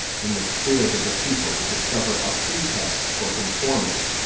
and the spirit of the people to discover a pretext for conformity.